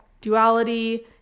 duality